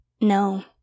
No